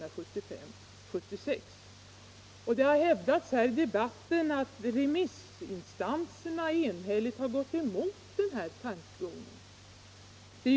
Under debatten här har också sagts att remissinstanserna har gått emot vårt förslag.